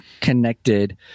connected